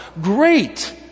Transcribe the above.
great